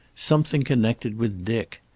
something connected with dick.